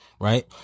Right